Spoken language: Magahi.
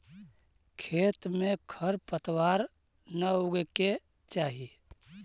खेत में खेर पतवार न उगे के चाही